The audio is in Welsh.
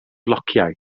flociau